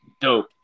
dope